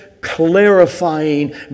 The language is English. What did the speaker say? clarifying